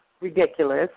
ridiculous